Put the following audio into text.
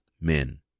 men